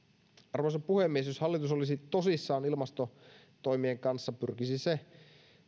arvoisa puhemies jos hallitus olisi tosissaan ilmastotoimien kanssa pyrkisi se